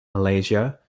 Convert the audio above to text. malaysia